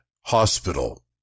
Hospital